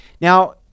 Now